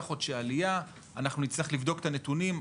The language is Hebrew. חודשי עלייה אנחנו נצטרך לבדוק את הנתונים.